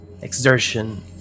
exertion